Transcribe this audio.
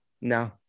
no